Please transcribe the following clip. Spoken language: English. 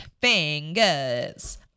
Fingers